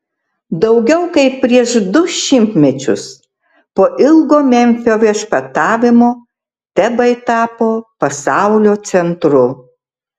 daugiau kaip prieš du šimtmečius po ilgo memfio viešpatavimo tebai tapo pasaulio centru